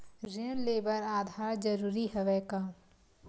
ऋण ले बर आधार जरूरी हवय का?